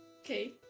Okay